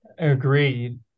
Agreed